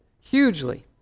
hugely